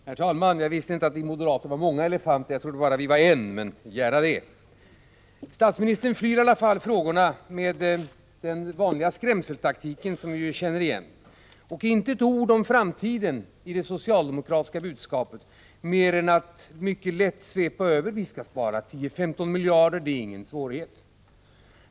Herr talman! Jag visste inte att vi moderater bestod av många elefanter — jag trodde att vi bara var en — men gärna det. Statsministern flyr frågorna med den vanliga skrämseltaktiken, som vi känner igen. Han säger inte ett ord om framtiden i det socialdemokratiska budskapet mer än att han mycket lätt sveper över det hela: Vi skall spara 10-15 miljarder. Det är ingen svårighet.